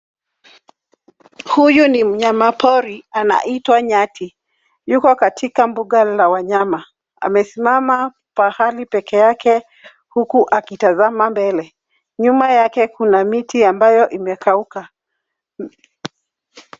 Huyu ni mnyamapori anaitwa nyati. Yuko katika mbuga la wanyama. Amesimama pahali pekee yake uku akitazama mbele. Nyuma yake kuna miti ambayo imekauka.